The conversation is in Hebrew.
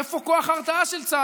איפה כוח ההרתעה של צה"ל?